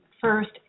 first